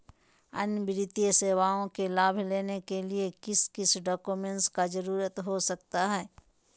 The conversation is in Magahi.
अन्य वित्तीय सेवाओं के लाभ लेने के लिए किस किस डॉक्यूमेंट का जरूरत हो सकता है?